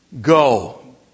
go